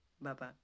bye-bye